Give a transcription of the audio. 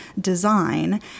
design